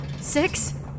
Six